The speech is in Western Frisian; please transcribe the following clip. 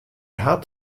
hat